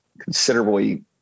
considerably